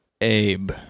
Abe